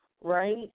right